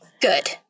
Good